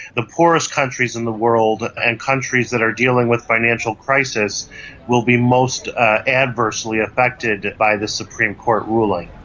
the poorest countries in the world and countries that are dealing with financial crisis will be most adversely affected by the supreme court ruling.